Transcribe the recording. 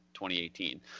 2018